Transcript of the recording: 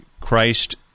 Christ